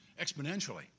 exponentially